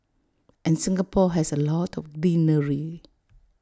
and Singapore has A lot of greenery